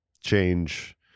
change